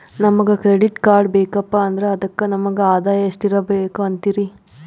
ನಮಗ credit card ಬೇಕಪ್ಪ ಅಂದ್ರ ಅದಕ್ಕ ನಮಗ ಆದಾಯ ಎಷ್ಟಿರಬಕು ಅಂತೀರಿ?